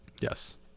Yes